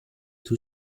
two